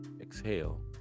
exhale